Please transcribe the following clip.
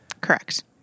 Correct